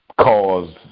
cause